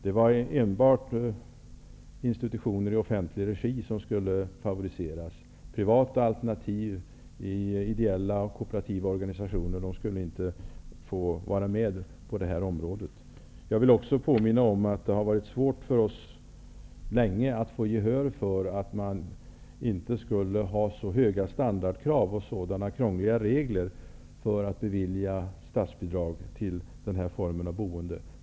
Det var enbart institutioner i offentlig regi som skulle favoriseras. Privata alternativ i ideella och kooperativa organisationer skulle inte få vara med på det här området. Jag vill också påminna om att det länge har varit svårt för oss att få gehör för att det inte skulle vara så höga krav på standard och krångliga regler för att bevilja statsbidrag till denna form av boende.